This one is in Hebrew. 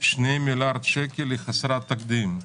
של 2 מיליארד שקלים היא חסרת תקדים.